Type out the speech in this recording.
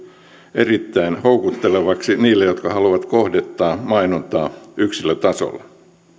erittäin houkuttelevaksi niille jotka haluavat kohdentaa mainontaa yksilötasolla